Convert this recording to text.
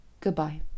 Goodbye